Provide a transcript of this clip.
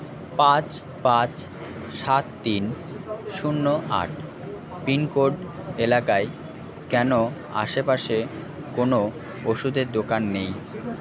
পাঁচ পাঁচ সাত তিন শূন্য আট পিনকোড এলাকায় কেন আশেপাশে কোনও ওষুধের দোকান নেই